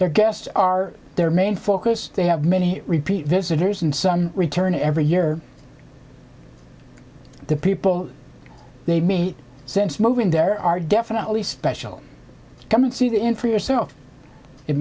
their guests are their main focus they have many repeat visitors and some return every year the people they me since moving there are definitely special come and see the inn for yourself it